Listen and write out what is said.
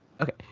Okay